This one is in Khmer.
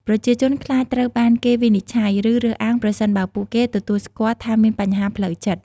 ប្រជាជនខ្លាចត្រូវបានគេវិនិច្ឆ័យ ឬរើសអើងប្រសិនបើពួកគេទទួលស្គាល់ថាមានបញ្ហាផ្លូវចិត្ត។